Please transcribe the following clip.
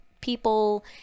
people